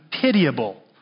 pitiable